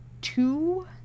two